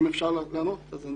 אפשר לענות, אז אני אענה.